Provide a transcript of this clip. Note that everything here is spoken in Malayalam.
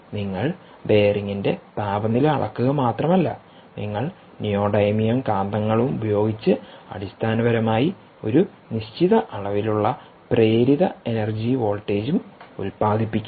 നിങ്ങൾ ബെയറിംഗിന്റെ താപനില അളക്കുക മാത്രമല്ല നിങ്ങൾ നിയോഡീമിയം കാന്തങ്ങളും ഉപയോഗിച്ച് അടിസ്ഥാനപരമായി ഒരു നിശ്ചിത അളവിലുള്ള പ്രേരിത എനർജി വോൾട്ടേജും ഉല്പാദിപ്പിക്കുന്നു